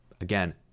again